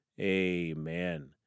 amen